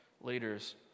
leaders